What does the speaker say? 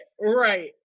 right